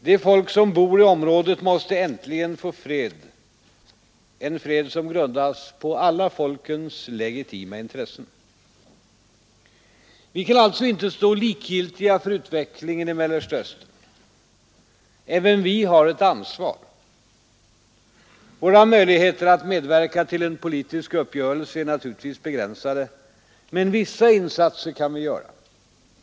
De folk som bor i området måste äntligen få fred, en fred som grundas på alla folkens legitima intressen. Vi kan alltså inte stå likgiltiga för utvecklingen i Mellersta Östern. Även vi har ett ansvar. Våra möjligheter att medverka till en politisk uppgörelse är naturligtvis begränsade, men vissa insatser kan vi göra.